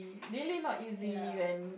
really not easy and